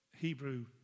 Hebrew